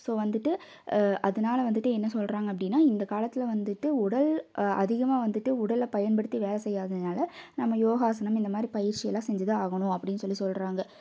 so வந்துட்டு அதனால வந்துட்டு என்ன சொல்லுறாங்க அப்படின்னா இந்த காலத்தில் வந்துட்டு உடல் அதிகமாக வந்துட்டு உடலில் பயன்படுத்தி வேலை செய்யாதுதனால நம்ம யோகாசனம் இந்த மாதிரி பயிற்சி எல்லாம் செஞ்சு தான் ஆகணும் அப்டின்னு சொல்லி சொல்கிறாங்க